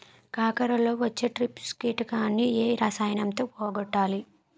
కాకరలో వచ్చే ట్రిప్స్ కిటకని ఏ రసాయనంతో పోగొట్టాలి?